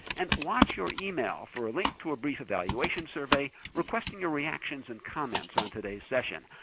and watch your email for a link to a brief evaluation survey requesting your reactions and comments on today's session.